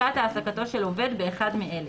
הפסקת העסקתו של עובד באחד מאלה: